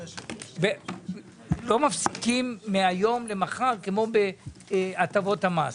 לא מפסיקים מהיום למחר כמו בהטבות המס.